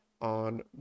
on